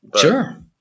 Sure